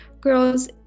girls